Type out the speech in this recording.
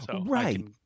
Right